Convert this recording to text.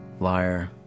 Liar